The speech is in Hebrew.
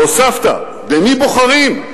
והוספת: במי בוחרים?